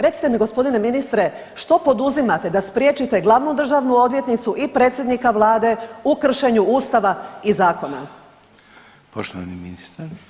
Recite mi g. ministre što poduzimate da spriječite glavnu državnu odvjetnicu i predsjednika vlade u kršenju ustava i zakona?